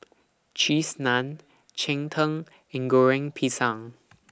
Cheese Naan Cheng Tng and Goreng Pisang